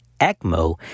ECMO